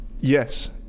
yes